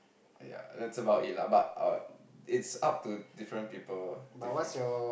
ya that's about it lah but I it's up to different people different